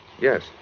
Yes